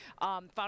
found